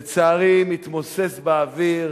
לצערי, מתמוסס באוויר.